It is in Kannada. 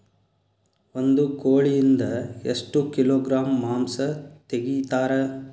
ಒಂದು ಕೋಳಿಯಿಂದ ಎಷ್ಟು ಕಿಲೋಗ್ರಾಂ ಮಾಂಸ ತೆಗಿತಾರ?